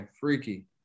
freaky